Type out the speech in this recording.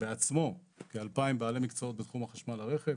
בעצמו כ-2,000 בעלי מקצועות בתחום חשמל הרכב.